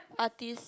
artist